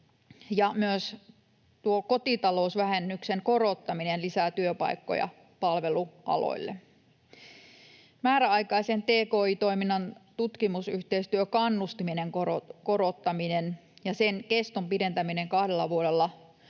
tuo kotitalousvähennyksen korottaminen lisää työpaikkoja palvelualoille. Määräaikaisen tki-toiminnan tutkimusyhteistyökannustimen korottaminen ja sen keston pidentäminen kahdella vuodella